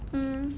mm